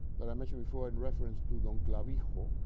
that i mentioned before in reference to don clavijo,